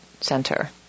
center